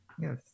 yes